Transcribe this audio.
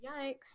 yikes